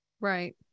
Right